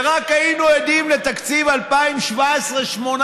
ורק היינו עדים בתקציב 2017 2018,